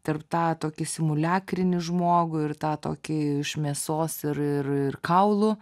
tarp tą tokį simuliakrinį žmogų ir tą tokį iš mėsos ir ir ir kaulų